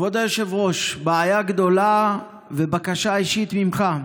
כבוד היושב-ראש, בעיה גדולה ובקשה אישית ממך.